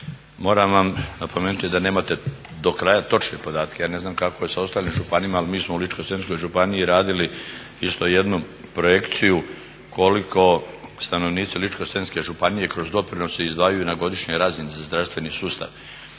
Moram vam napomenuti da nemate do kraja točne podatke, ne znam kako je s ostalim županijama ali mi smo u Ličko-senjskoj županiji radili isto jednu projekciju koliko stanovnici Ličko-senjske županije kroz doprinose izdvajaju na godišnjoj razini za zdravstveni sustav